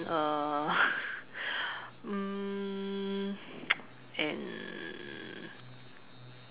uh mm and